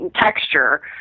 texture